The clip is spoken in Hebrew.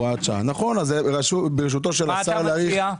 מה אתה מציע?